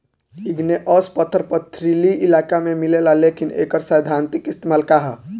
Igneous पत्थर पथरीली इलाका में मिलेला लेकिन एकर सैद्धांतिक इस्तेमाल का ह?